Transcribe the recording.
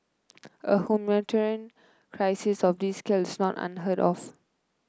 a humanitarian crisis of this scale is not unheard of